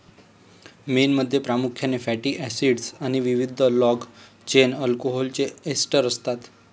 मेणमध्ये प्रामुख्याने fatty acids आणि विविध लाँग चेन अल्कोहोलचे एस्टर असतात